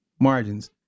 Margins